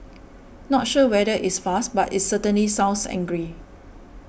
not sure whether it's fast but it's certainly sounds angry